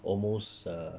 almost err